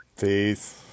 Peace